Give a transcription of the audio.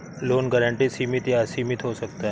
loan guarantee सीमित या असीमित हो सकता है